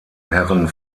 herren